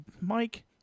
Mike